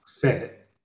fit